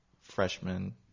freshman